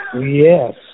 Yes